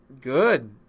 good